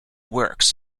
works